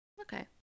Okay